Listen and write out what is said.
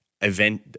event